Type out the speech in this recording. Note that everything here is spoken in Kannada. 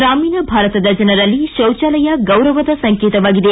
ಗ್ರಾಮೀಣ ಭಾರತದ ಜನರಲ್ಲಿ ಶೌಜಾಲಯ ಗೌರವದ ಸಂಕೇತವಾಗಿದೆ